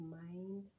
mind